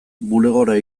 bulegora